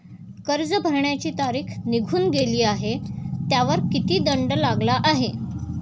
कर्ज भरण्याची तारीख निघून गेली आहे त्यावर किती दंड लागला आहे?